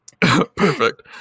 perfect